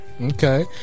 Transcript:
Okay